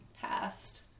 passed